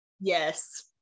Yes